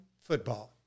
Football